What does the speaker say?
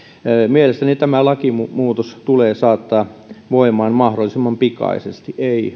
mielestäni tämä lakimuutos tulee saattaa voimaan mahdollisimman pikaisesti ei